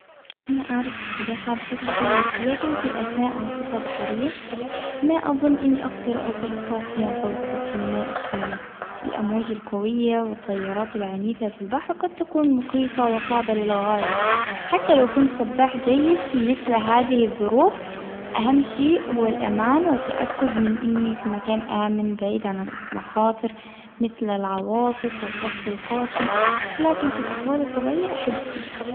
أنا أعرف السباحة بشكل جيد، لكن في أثناء عاصفة بحرية ما أظن إني أقدرأظل طافيًا فوق سطح الماء بسهولة، الأمواج القوية والتيارات العنيفة في البحر قد تكون مخيفة وصعبة للغاية حتى لو كنت سباح جيد في مثل هذه الظروف أهم شيء هو الأمان والتأكد من إني في مكان آمن بعيد عن المخاطر مثل العواصف والطقس القاسي، لكن في الأحوال الطبيعية أحب السباحة.